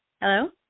Hello